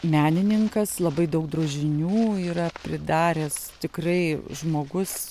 menininkas labai daug drožinių yra pridaręs tikrai žmogus